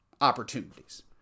opportunities